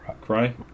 Cry